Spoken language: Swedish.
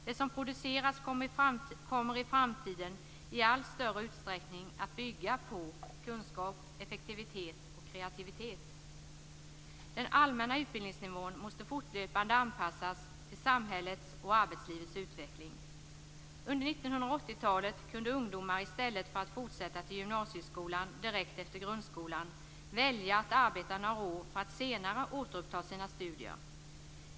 Det som produceras kommer i framtiden i allt större utsträckning att bygga på kunskap, effektivitet och kreativitet. Den allmänna utbildningsnivån måste fortlöpande anpassas till samhällets och arbetslivets utveckling. Under 1980-talet kunde ungdomar i stället för att fortsätta till gymnasieskolan direkt efter grundskolan välja att arbeta några år för att senare återuppta sina studier.